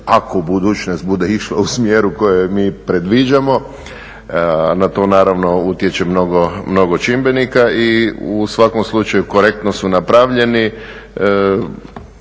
ako budućnost bude išla u smjeru u kojem mi predviđamo, na to naravno utječe mnogo čimbenika i u svakom slučaju korektno su napravljeni,